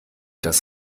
das